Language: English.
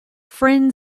friend